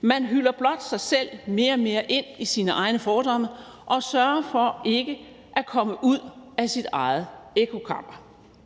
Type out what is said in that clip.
Man hyller blot sig selv mere og mere ind i sine egne fordomme og sørger for ikke at komme ud af sit eget ekkokammer.